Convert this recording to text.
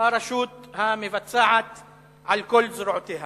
הרשות המבצעת על כל זרועותיה.